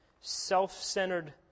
self-centered